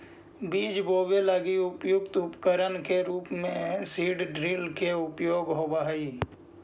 बीज बोवे लगी प्रयुक्त उपकरण के रूप में सीड ड्रिल के उपयोग होवऽ हई